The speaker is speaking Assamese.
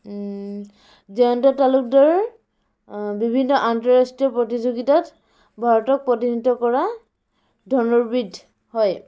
জয়ন্ত তালুকদাৰ বিভিন্ন আন্তঃৰাষ্ট্ৰীয় প্ৰতিযোগিতাত ভাৰতক প্ৰতিনিধিত্ব কৰা ধনুৰ্বিদ হয়